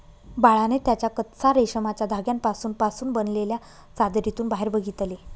बाळाने त्याच्या कच्चा रेशमाच्या धाग्यांपासून पासून बनलेल्या चादरीतून बाहेर बघितले